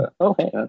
okay